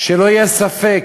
שלא יהיה ספק.